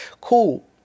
cool